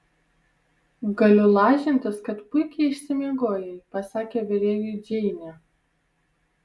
galiu lažintis kad puikiai išsimiegojai pasakė virėjui džeinė